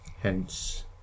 Hence